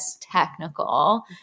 technical